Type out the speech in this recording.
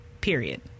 Period